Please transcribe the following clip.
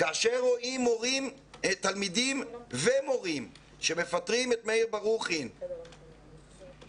כאשר רואים תלמידים ומורים שמפטרים את מאיר ברוכין ושמי